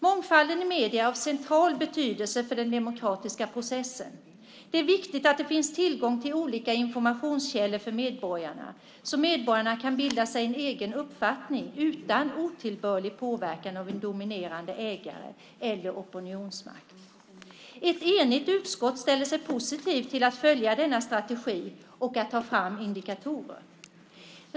Mångfalden i medier är av central betydelse för den demokratiska processen. Det är viktigt att det finns tillgång till olika informationskällor för medborgarna så att medborgarna kan bilda sig en egen uppfattning utan otillbörlig påverkan av en dominerande ägare eller en opinionsmakt. Ett enigt utskott ställer sig positivt till att följa denna strategi och att ta fram indikatorer.